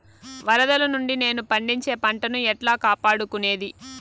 వరదలు నుండి నేను పండించే పంట ను ఎట్లా కాపాడుకునేది?